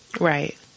Right